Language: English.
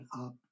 up